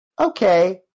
okay